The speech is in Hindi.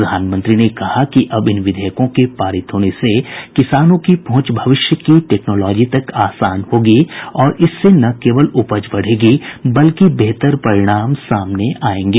प्रधानमंत्री ने कहा कि अब इन विधेयकों के पारित होने से किसानों की पहुंच भविष्य की टेक्नोलॉजी तक आसान होगी और इससे न केवल उपज बढ़ेगी बल्कि बेहतर परिणाम सामने आएंगे